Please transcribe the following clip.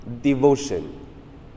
devotion